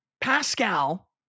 Pascal